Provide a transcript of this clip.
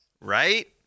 right